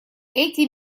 эти